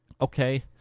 okay